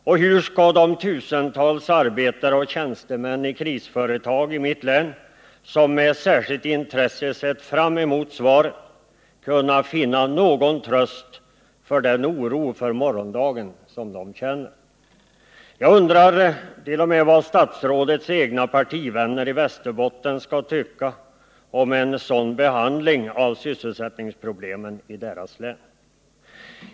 Och hur skall de tusentals arbetare och tjänstemän i krisföretag i mitt län som med särskilt intresse sett fram emot svaret kunna finna någon tröst i den oro för morgondagen som de känner? Jag undrar t.o.m. vad statsrådets egna partivänner i Västerbotten skall tycka om en sådan behandling av sysselsättningsproblemen i deras län.